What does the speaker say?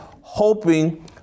hoping